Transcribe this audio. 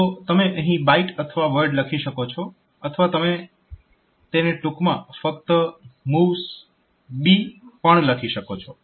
તો તમે અહીં BYTE અથવા WORD લખી શકો છો અથવા તમે તેને ટૂંકમાં ફક્ત MOVSB પણ લખી શકો છો